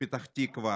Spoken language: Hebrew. מפתח תקווה,